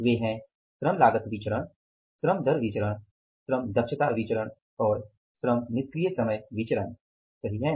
वे है श्रम लागत विचरण श्रम दर विचरण श्रम दक्षता विचरण और श्रम निष्क्रिय समय विचरण सही है